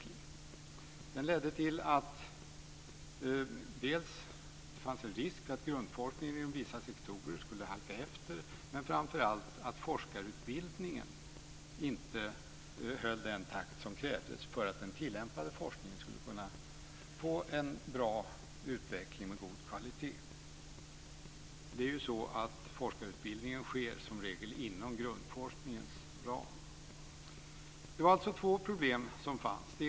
Den ledde till en risk för att grundforskningen inom vissa sektorer skulle halka efter och framför allt för att forskarutbildningen inte höll den takt som krävdes för att den tillämpade forskningen skulle få en bra utveckling med god kvalitet. Forskarutbildning sker som regel inom grundforskningens ram. Det fanns två problem när arbetet på den nya organisationen för finansiering tog fart.